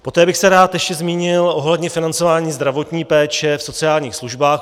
Poté bych se ještě rád zmínil ohledně financování zdravotní péče v sociálních službách.